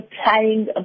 applying